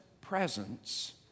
presence